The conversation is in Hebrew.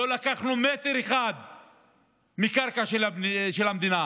לא לקחנו מטר אחד מקרקע של המדינה.